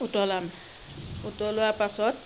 উতলাম উতলোৱাৰ পাছত